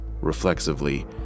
reflexively